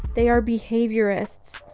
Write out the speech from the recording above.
they are behaviorists.